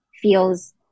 feels